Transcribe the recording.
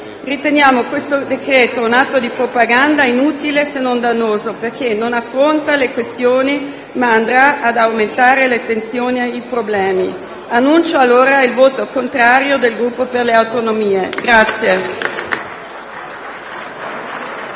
Riteniamo questo decreto-legge un atto di propaganda inutile se non dannoso, perché non affronta le questioni, ma andrà ad aumentare le tensioni e i problemi. Annuncio pertanto il voto contrario del Gruppo per le Autonomie.